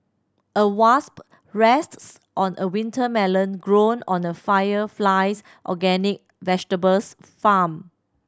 a wasp rests on a winter melon grown on the Fire Flies organic vegetables farm